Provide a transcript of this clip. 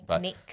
Nick